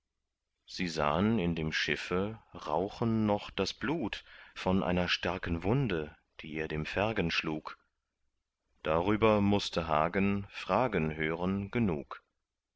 sie sahen in dem schiffe rauchen noch das blut von einer starken wunde die er dem fergen schlug darüber mußte hagen fragen hören genug